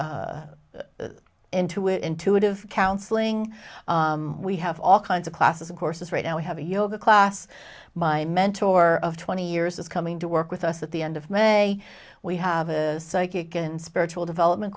o intuitive counseling we have all kinds of classes of courses right now we have a yoga class my mentor of twenty years is coming to work with us at the end of may we have a psychic and spiritual development